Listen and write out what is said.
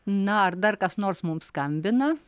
na ar dar kas nors mums skambina